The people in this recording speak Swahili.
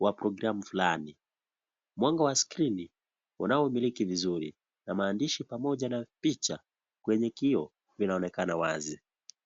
wa programu fulani. Mwanga wa Skrini unaomiliki vizuri na maandishi pamoja na picha kwenye kioo vinaonekana wazi .